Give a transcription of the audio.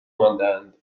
ماندهاند